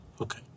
Okay